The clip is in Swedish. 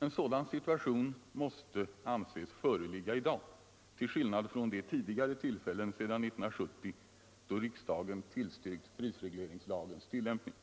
En sådan situation måste anses föreligga i dag till skillnad från de tidigare tillfällen sedan 1970 då riksdagen tillstyrkt prisregleringslagens tillämpning.